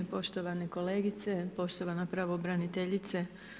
Poštovane kolegice, poštovana pravobraniteljice.